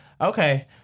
okay